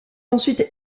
ensuite